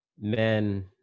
men